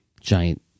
giant